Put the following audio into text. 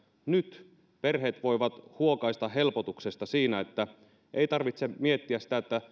nyt perheet voivat huokaista helpotuksesta siinä että ei tarvitse miettiä